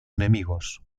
enemigos